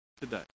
today